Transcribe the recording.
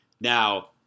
Now